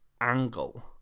angle